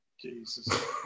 Jesus